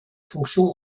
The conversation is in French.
fonction